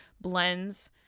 blends